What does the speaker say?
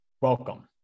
welcome